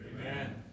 Amen